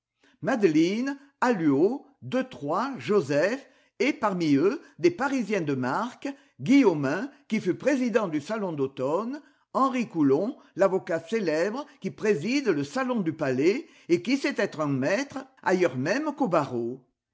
madeline alluaud detroy joseph et parmi eux des parisiens de marque guillaumin qui fut président du salon d'automne henri coulon l'avocat célèbre qui préside le salon du palais et qui sait être un maître ailleurs même qu'au barreau